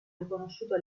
riconosciuto